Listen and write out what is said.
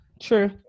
true